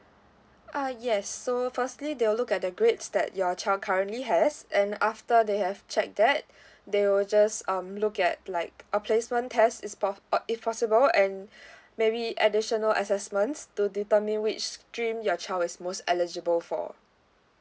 uh yes so firstly they will look at the grades that your child currently has and after they have check that they will just um look at like a placement test is pos~ uh if possible and maybe additional assessments to determine which stream your child is most eligible for